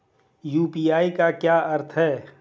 UPI का क्या अर्थ है?